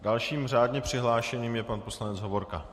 Dalším řádně přihlášeným je pan poslanec Hovorka.